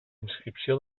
inscripció